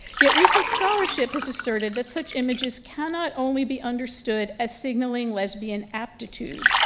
yet recent scholarship has asserted that such images cannot only be understood as signaling lesbian aptitude.